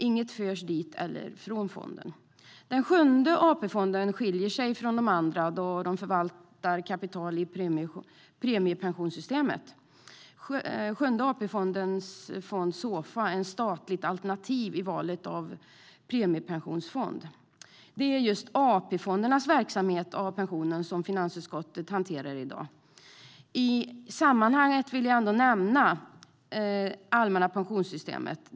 Inget förs till eller från fonden. Sjunde AP-fonden skiljer sig från de andra då den förvaltar kapital i premiepensionssystemet. Sjunde AP-fondens fondportfölj Såfa är ett statligt alternativ i valet av premiepensionsfond. Det är just AP-fondernas verksamhet när det gäller pensioner som finansutskottet hanterar i dag. I sammanhanget vill jag nämna det allmänna pensionssystemet.